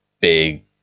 big